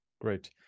Great